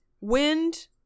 wind